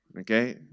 Okay